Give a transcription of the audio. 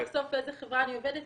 אני אשמח לחשוף באיזו חברה אני עובדת,